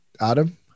Adam